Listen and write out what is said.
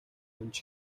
нэмж